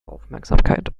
aufmerksamkeit